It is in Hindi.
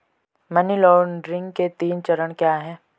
मनी लॉन्ड्रिंग के तीन चरण क्या हैं?